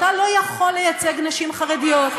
אתה לא יכול לייצג נשים חרדיות,